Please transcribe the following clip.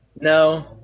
No